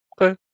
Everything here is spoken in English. Okay